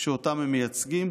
שאותם הם מייצגים,